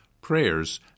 prayers